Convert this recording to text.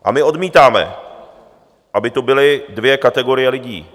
A my odmítáme, aby tu byly dvě kategorie lidí.